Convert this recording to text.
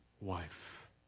wife